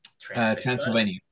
Transylvania